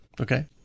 Okay